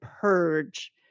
purge